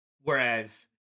Whereas